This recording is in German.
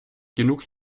genug